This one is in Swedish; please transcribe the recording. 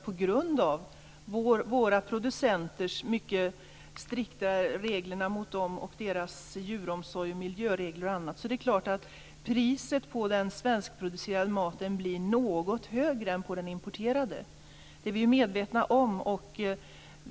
På grund av de mycket strikta reglerna som gäller våra producenter och deras djuromsorg - miljöregler och annat - är det klart att priset på den svenskproducerade maten blir något högre än på den importerade. Det är vi medvetna om.